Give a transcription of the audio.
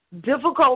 difficult